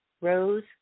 rose